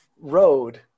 road